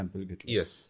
Yes